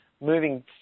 moving